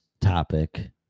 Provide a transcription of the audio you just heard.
topic